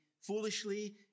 foolishly